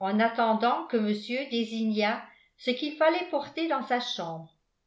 en attendant que monsieur désignât ce qu'il fallait porter dans sa chambre